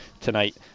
tonight